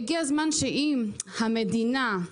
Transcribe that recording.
הגיע הזמן שאם המדינה,